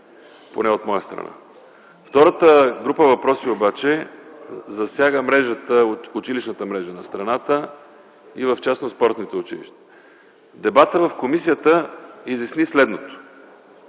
поне от моя страна. Втората група въпроси обаче засяга училищната мрежа на страната и в частност спортните училища. Дебатът в комисията изясни следното.